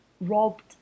robbed